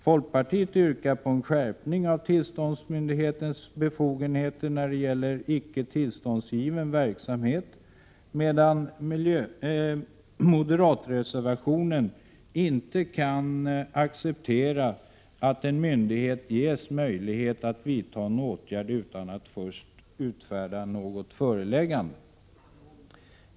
Folkpartiet yrkar på en skärpning — 1 juni 1987 av tillståndsmyndighetens befogenheter när det gäller icke tillståndsgiven verksamhet, medan moderaterna i sin reservation inte kan acceptera att en myndighet ges möjlighet att vidta en åtgärd utan att först utfärda något föreläggande.